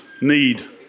need